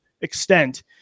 extent